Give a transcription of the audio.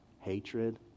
Hatred